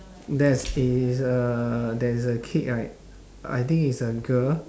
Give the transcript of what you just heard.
there's is a there is a kid right I think is a girl